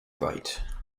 right